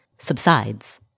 subsides